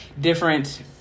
different